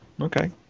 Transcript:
okay